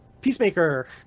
Peacemaker